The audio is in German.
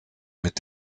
mit